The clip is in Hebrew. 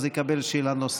יקבל שאלה נוספת.